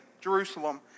Jerusalem